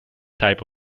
type